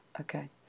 Okay